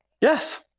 Yes